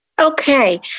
Okay